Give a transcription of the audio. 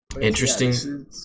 Interesting